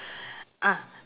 ah